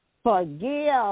Forgive